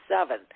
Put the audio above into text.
seven